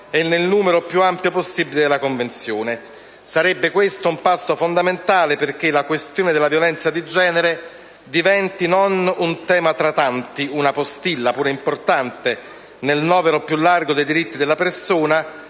e nel numero più ampio possibile la Convenzione. Sarebbe questo un passo fondamentale perché la questione della violenza di genere diventi non un tema tra tanti, una postilla - pure importante - del novero più largo dei diritti della persona,